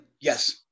yes